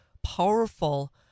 powerful